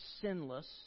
sinless